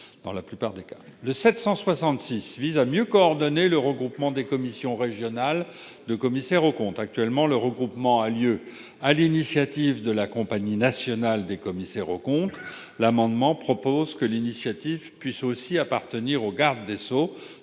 n° 766 vise à mieux coordonner le regroupement des commissions régionales de commissaires aux comptes. Actuellement, ce regroupement a lieu sur l'initiative de la Compagnie nationale des commissaires aux comptes. Nous proposons que l'initiative appartienne au garde des sceaux